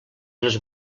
les